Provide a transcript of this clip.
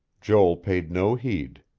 joel paid no heed.